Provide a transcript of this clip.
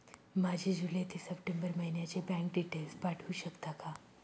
माझे जुलै ते सप्टेंबर महिन्याचे बँक डिटेल्स पाठवू शकता का?